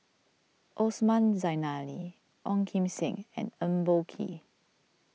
Osman Zailani Ong Kim Seng and Eng Boh Kee